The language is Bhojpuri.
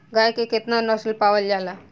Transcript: गाय के केतना नस्ल पावल जाला?